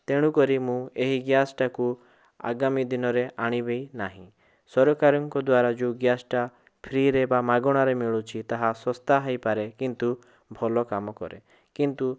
ତେଣୁକରି ଏହି ଗ୍ୟାସ୍ଟା କୁ ମୁଁ ଆଗାମୀ ଦିନରେ ଆଣିବି ନାହିଁ ସରକାରଙ୍କ ଦ୍ୱାରା ଯୋଉ ଗ୍ୟାସ୍ଟା ଫ୍ରି'ରେ ବା ମଗଣାରେ ମିଳୁଛି ତହା ଶସ୍ତା ହେଇପାରେ କିନ୍ତୁ ଭଲ କାମକରେ କିନ୍ତୁ